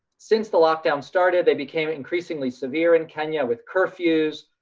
since the lockdown started, they became increasingly severe in kenya with curfews,